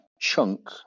chunk